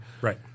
Right